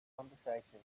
conversation